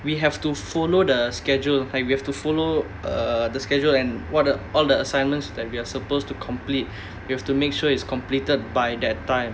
we have to follow the schedule like we have to follow err the schedule and what the all the assignments that we are supposed to complete you have to make sure it's completed by that time